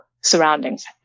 surroundings